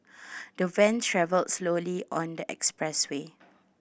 the van travelled slowly on the expressway